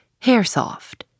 Hairsoft